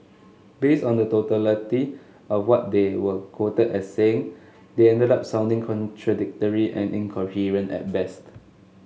based on the totality of what they were quoted as saying they ended up sounding contradictory and incoherent at best